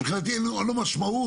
מבחינתי אין לו משמעות,